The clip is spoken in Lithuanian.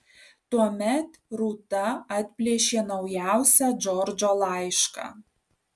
tuomet rūta atplėšė naujausią džordžo laišką